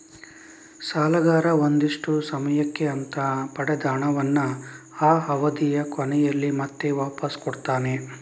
ಸಾಲಗಾರ ಒಂದಿಷ್ಟು ಸಮಯಕ್ಕೆ ಅಂತ ಪಡೆದ ಹಣವನ್ನ ಆ ಅವಧಿಯ ಕೊನೆಯಲ್ಲಿ ಮತ್ತೆ ವಾಪಾಸ್ ಕೊಡ್ತಾನೆ